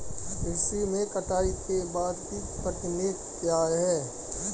कृषि में कटाई के बाद की तकनीक क्या है?